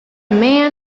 man